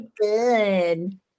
good